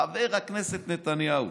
חבר הכנסת נתניהו.